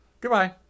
goodbye